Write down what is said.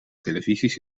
televisies